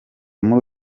muri